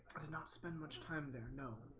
i did not spend much time there no